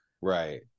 Right